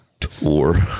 tour